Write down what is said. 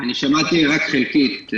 אני שמעתי רק חלקית.